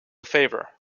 favor